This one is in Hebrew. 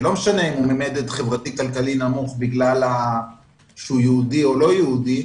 ולא משנה אם הוא ממדד חברתי-כלכלי נמוך בגלל שהוא יהודי או לא יהודי,